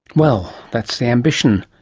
well, that's the ambition.